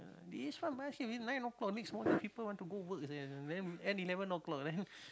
this one basket I mean nine o-clock next morning people want to go work sia then end eleven o-clock then